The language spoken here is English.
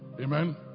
Amen